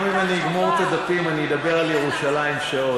גם אם אני אגמור את הדפים אני אדבר על ירושלים שעות,